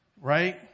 right